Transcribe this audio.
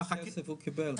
כמה כסף הוא קיבל?